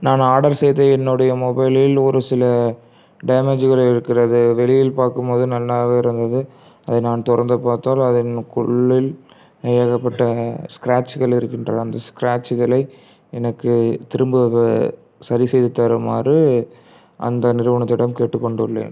நான் ஆர்டர் செய்து என்னுடைய மொபைலில் ஒரு சில டேமேஜ்கள் இருக்கிறது வெளியில் பார்க்கும்மோது நல்லாவே இருந்தது அதை நான் தொடர்ந்து பார்த்தால் அதனுக்குள்ளில் ஏகப்பட்ட ஸ்க்ராட்ச்கள் இருக்கின்றன அந்த ஸ்க்ராட்ச்களை எனக்கு திரும்ப அதை சரி செய்து தருமாறு அந்த நிறுவனத்திடம் கேட்டுக் கொண்டுள்ளேன்